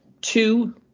Two